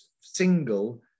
single